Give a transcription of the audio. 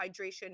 hydration